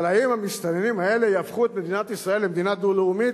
אבל האם המסתננים האלה יהפכו את ישראל למדינה דו-לאומית?